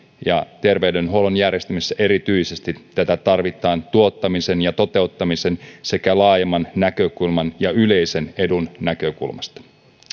terveydenhuollon järjestämisessä erityisesti tätä tarvitaan tuottamisen ja toteuttamisen sekä laajemman näkökulman ja yleisen edun näkökulmasta